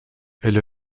elle